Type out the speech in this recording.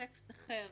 טקסט אחר